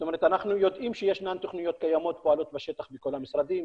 זאת אומרת אנחנו יודעים שישנן תוכניות קיימות שפועלות בשטח מכל המשרדים,